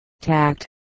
tact